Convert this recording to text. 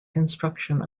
construction